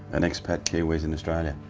and expat kiwi's in australia.